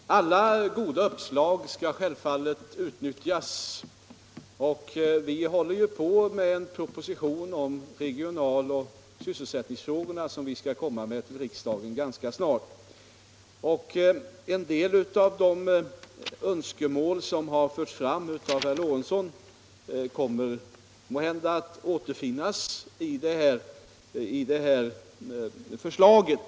Nr 62 Herr talman! Alla goda uppslag skall självfallet utnyttjas. Vi håller Fredagen den på med en proposition om regional och sysselsättningsfrågorna som skall 6 februari 1976 läggas fram för riksdagen ganska snart. En del av de önskemål som har förts fram av herr Lorentzon kommer måhända att återfinnas i det Om åtgärder mot förslaget.